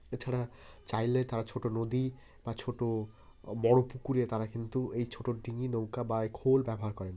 এছাড়া চাইলে তারা ছোটো নদী বা ছোটো বড়ো পুকুরে তারা কিন্তু এই ছোটো ডিঙি নৌকা বা এ খোল ব্যবহার করেন